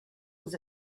was